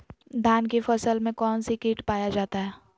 धान की फसल में कौन सी किट पाया जाता है?